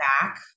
back